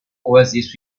oasis